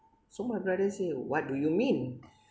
so my brother say what do you mean